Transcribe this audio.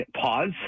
pause